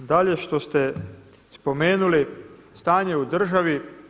Dalje što ste spomenuli, stanje u državi.